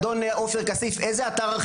אדון עופר כסיף,